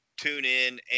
TuneIn